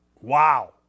Wow